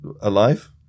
alive